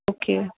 okay